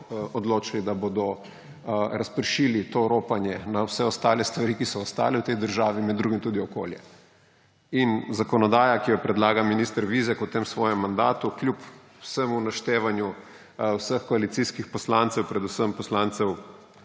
odločili, da bodo razpršili to ropanje na vse ostale stvari, ki so ostale v tej državi, med drugim tudi okolje. Zakonodaja, ki jo predlaga minister Vizjak v tem svojem mandatu, kljub vsem naštevanju vseh koalicijskih poslancev, predvsem poslancem